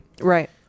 Right